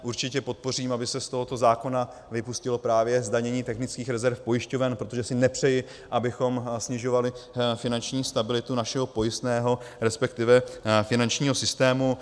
Určitě podpořím, aby se z tohoto zákona vypustilo právě zdanění technických rezerv pojišťoven, protože si nepřeji, abychom snižovali finanční stabilitu našeho pojistného, resp. finančního systému.